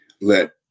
let